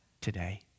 today